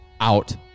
out